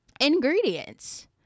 ingredients